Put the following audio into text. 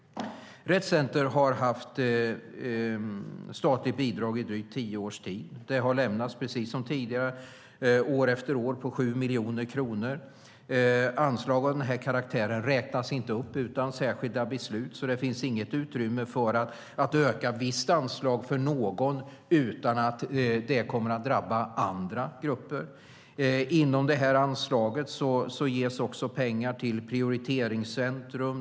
Rett Center har haft statligt bidrag i drygt tio års tid. Det har lämnats år efter år, 7 miljoner kronor. Anslag av denna karaktär räknas inte upp utan särskilda beslut, så det finns inget utrymme för att öka ett visst anslag utan att det kommer att drabba andra grupper. Inom detta anslag ges också pengar till Prioriteringscentrum.